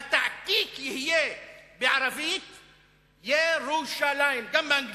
והתעתיק יהיה בערבית "ירושלים", גם באנגלית.